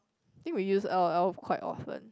I think we use l_o_l quite often